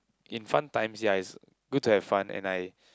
in fun times ya it's good to have fun and I